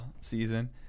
season